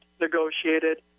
negotiated